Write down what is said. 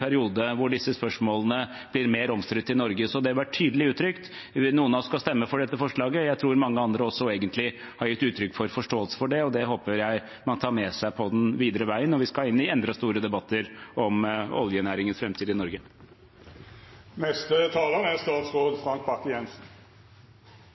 periode da disse spørsmålene blir mer omstridt i Norge. Det er tydelig uttrykt. Noen av oss skal stemme for dette forslaget – mange andre har gitt uttrykk for forståelse for det. Det håper jeg man tar med seg videre på veien når vi skal inn i andre store debatter om oljenæringens framtid i Norge. Det er